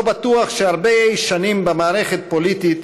לא בטוח שהרבה שנים במערכת פוליטית